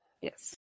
Yes